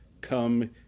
come